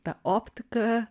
tą optiką